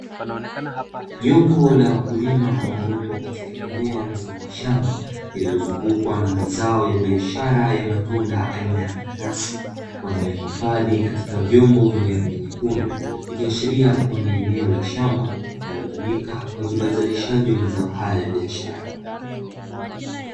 Jopo la wakulima waliopo katika eneo mfano wa shamba, lililozungukwa na zao la matunda la biashara aina ya mananasi. Wanayoyahifadhi katika vyombo vyenye rangi nyekundu. Ikiashiria kuwa ni shamba linalotumika kwa ajili ya uzalishaji wa zao hilo la biashara.